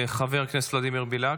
חבר הכנסת ולדימיר בליאק,